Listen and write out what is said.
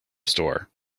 store